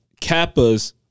kappas